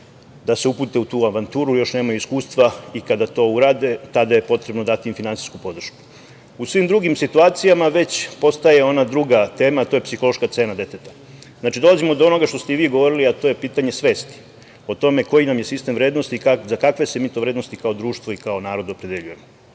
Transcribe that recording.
da se upute u tu avanturu, još nemaju iskustva i kada to urade tada je potrebno dati finansijsku podršku.U svim drugim situacijama već postaje ona druga tema, a to je psihološka cena deteta. Znači, dolazimo do onoga što ste i vi govorili, a to je pitanje svesti o tome koji nam je sistem vrednosti, za kakve se mi to vrednosti kao društvo i kao narod opredeljujemo. Tu